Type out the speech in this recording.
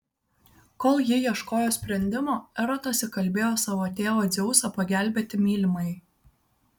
kol ji ieškojo sprendimo erotas įkalbėjo savo tėvą dzeusą pagelbėti mylimajai